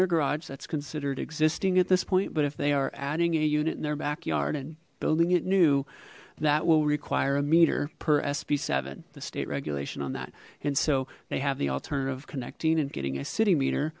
their garage that's considered existing at this point but if they are adding a unit in their back yard and building it new that will require a meter per sb the state regulation on that and so they have the alternative of connecting and getting a city meter